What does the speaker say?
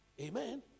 Amen